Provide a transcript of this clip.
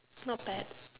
not bad